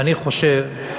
ואני חושב, אני